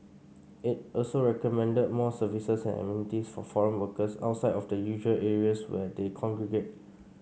it also recommended more services and amenities for foreign workers outside of the usual areas where they congregate